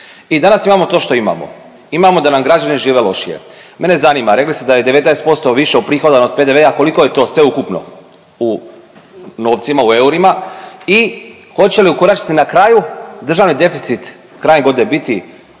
i danas imamo to što imamo. Imamo da nam građani žive lošije. Mene zanima, rekli ste da je 19% više uprihodovano od PDV-a, koliko je to sveukupno u novcima, u eurima i hoće li u konačnici, na kraju, državni deficit krajem godine biti